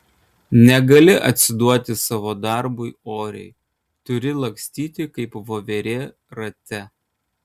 negali atsiduoti savo darbui oriai turi lakstyti kaip voverė rate